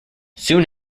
soon